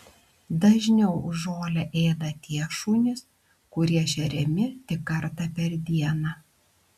dažniau žolę ėda tie šunys kurie šeriami tik kartą per dieną